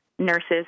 nurses